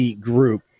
group